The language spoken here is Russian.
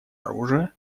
оружия